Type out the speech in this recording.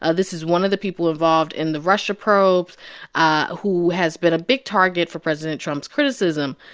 ah this is one of the people involved in the russia probe ah who has been a big target for president trump's criticism.